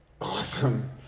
awesome